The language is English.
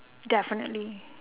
definitely